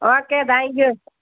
okay thank you